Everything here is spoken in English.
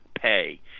pay